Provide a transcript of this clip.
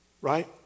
Right